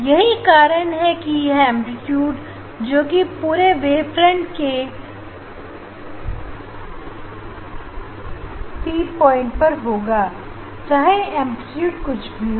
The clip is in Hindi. यही कारण है कि यह एंप्लीट्यूड जोकि पूरे वेवफ्रंट के P पर होगा चाहे एंप्लीट्यूड कुछ भी हो